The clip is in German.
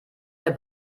der